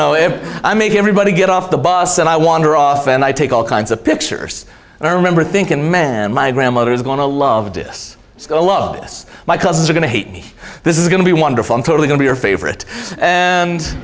know if i make everybody get off the bus and i wander off and i take all kinds of pictures and i remember thinking man my grandmother is going to love this a loveless my cousins are going to hate me this is going to be wonderful i'm totally going to your favorite and